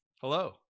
hello